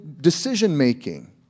decision-making